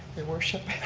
your worship.